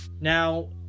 Now